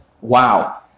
Wow